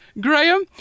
Graham